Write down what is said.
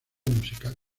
musical